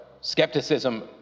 skepticism